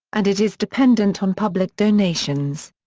and it is dependent on public donations.